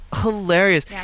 hilarious